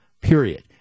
period